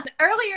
Earlier